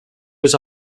was